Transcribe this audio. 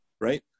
right